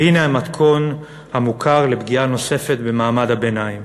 והנה המתכון המוכר לפגיעה נוספת במעמד הביניים,